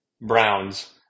Browns